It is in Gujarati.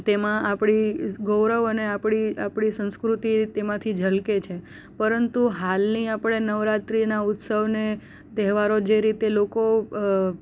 તેમાં આપણી ગૌરવ અને આપણી આપણી સંસ્કૃતિ તેમાંથી ઝલકે છે પરંતુ હાલની આપણે નવરાત્રિના ઉત્સવ ને તહેવારો જે રીતે લોકો